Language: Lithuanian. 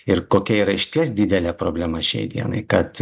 ir kokia yra išties didelė problema šiai dienai kad